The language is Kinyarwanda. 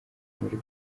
muri